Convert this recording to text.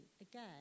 again